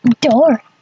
Door